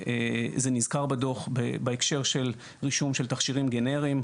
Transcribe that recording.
זה נזכר בדוח בהקשר של רישום של תכשירים גנריים.